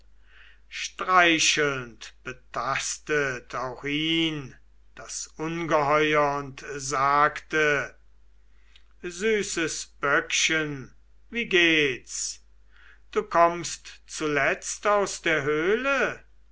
streichelnd betastet auch ihn das ungeheuer und sagte süßes böckchen wie geht's du kommst zuletzt aus der höhle